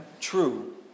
true